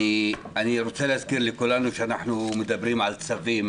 אני רוצה להזכיר לכולנו שאנחנו מדברים על צווים,